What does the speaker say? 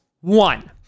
One